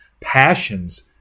passions